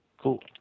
Cool